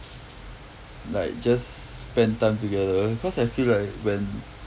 like just spend time together cause I feel like when